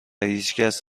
هیچکس